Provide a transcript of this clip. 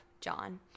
John